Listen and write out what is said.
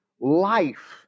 life